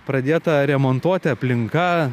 pradėta remontuoti aplinka